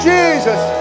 Jesus